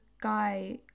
guy